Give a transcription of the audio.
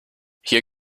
hier